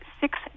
six